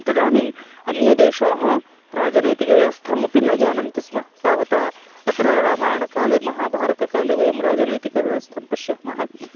तदानीम् अन्य देशाः राजनैतिकव्यवस्थामपि न जानन्ति स्म तावत् अत्र रामायणकाले महाभारतकाले वयं राजनैतिकव्यवस्थां पश्यामः